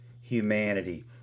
humanity